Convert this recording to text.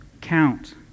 count